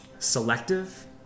selective